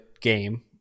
game